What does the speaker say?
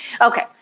Okay